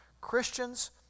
Christians